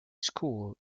school